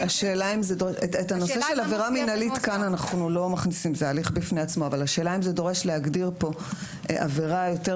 אנחנו לא מכניסים כאן את הנושא של עבירה מינהלית,